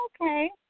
okay